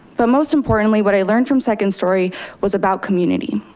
but most importantly what i learned from second story was about community.